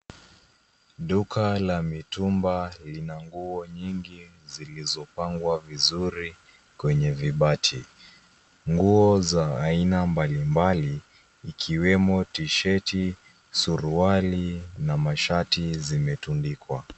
Duka la mitumba lina nguo nyingi zilizopangwa vizuri kwenye vibati. Nguo za aina mbalimbali ikiwemo tisheti, suruali na mashati zimetundikwa.